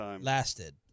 lasted